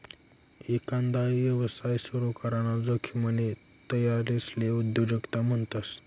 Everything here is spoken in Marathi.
एकांदा यवसाय सुरू कराना जोखिमनी तयारीले उद्योजकता म्हणतस